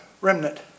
remnant